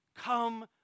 come